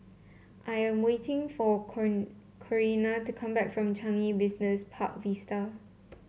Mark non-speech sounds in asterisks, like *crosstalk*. I am waiting for *unintelligible* Corina to come back from Changi Business Park Vista